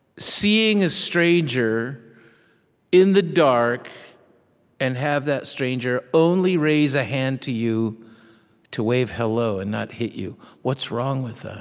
seeing a stranger in the dark and having that stranger only raise a hand to you to wave hello and not hit you? what's wrong with that?